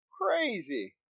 Crazy